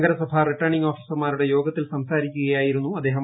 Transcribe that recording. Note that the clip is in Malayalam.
നഗരസഭാ റിട്ടേണിങ്ങ് ഓഫീസർമാരുടെ യോഗത്തിൽ സംസാരിക്കുകയായിരുന്നു അദ്ദേഹം